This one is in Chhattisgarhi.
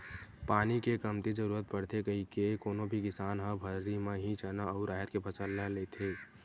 पानी के कमती जरुरत पड़थे कहिके कोनो भी किसान ह भर्री म ही चना अउ राहेर के फसल ल लेथे